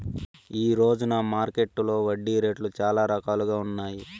ఈ రోజున మార్కెట్టులో వడ్డీ రేట్లు చాలా రకాలుగా ఉన్నాయి